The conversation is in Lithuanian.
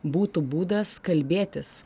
būtų būdas kalbėtis